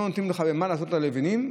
לא נותנים לך במה לעשות את הלבנים,